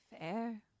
Fair